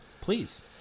Please